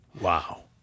Wow